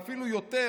ואפילו יותר,